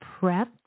prepped